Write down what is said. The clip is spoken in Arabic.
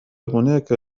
هناك